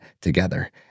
together